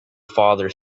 father